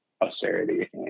austerity